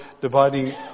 dividing